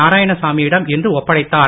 நாராயணசாமியிடம் இன்று ஒப்படைத்தார்